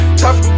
tough